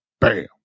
bam